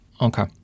Okay